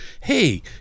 hey